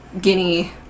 Guinea